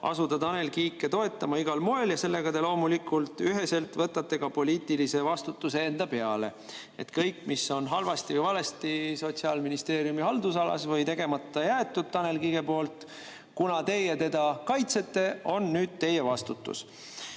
asuda Tanel Kiike toetama igal moel. Ja sellega te loomulikult üheselt võtate ka poliitilise vastutuse enda peale. Kõik, mis on halvasti või valesti Sotsiaalministeeriumi haldusalas tehtud või tegemata jäetud Tanel Kiige poolt, on nüüd teie vastutus,